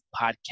podcast